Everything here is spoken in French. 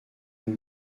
une